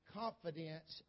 confidence